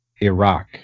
Iraq